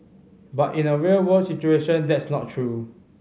but in a real world situation that's not true